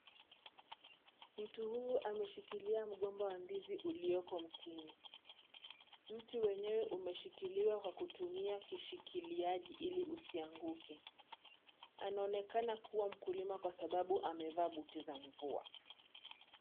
Mtu huyu ameshikilia mgomba wa ndizi ulioko mtini. Mti wenyewe umeshikiliwa kwa kutumia kishikiliaji ili usianguke. Anaonekana kuwa mkulima kwa sababu amevaa buti za mvua